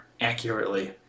accurately